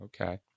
okay